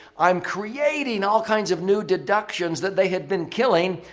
i'm creating all kinds of new deductions that they had been killing.